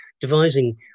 devising